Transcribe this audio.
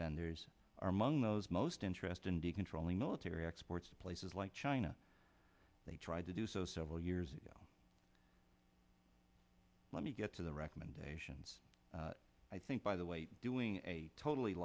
vendors are among those most interested in decontrolling military exports to places like china they tried to do so several years ago let me get to the recommendations i think by the way doing a totally